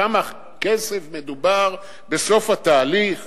בכמה כסף מדובר בסוף התהליך